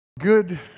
Good